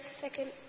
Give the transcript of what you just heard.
second